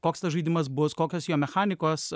koks tas žaidimas bus kokios jo mechanikos